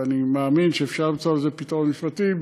ואני מאמין שאפשר למצוא לזה פתרון משפטי,